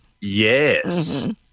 Yes